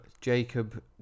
Jacob